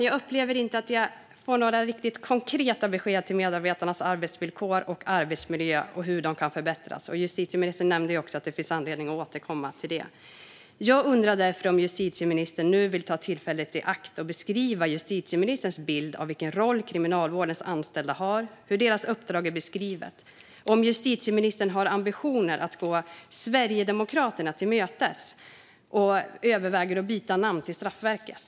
Jag upplever inte att jag får några konkreta besked om medarbetarnas arbetsvillkor och arbetsmiljö och hur de kan förbättras. Justitieministern nämnde också att det finns anledning att återkomma till det. Jag undrar därför om justitieministern nu vill ta tillfället i akt och beskriva sin bild av vilken roll Kriminalvårdens anställda har och hur deras uppdrag är beskrivet - och om justitieministern har ambitioner att gå Sverigedemokraterna till mötes och överväger namnbytet till Straffverket.